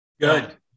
Good